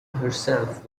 herself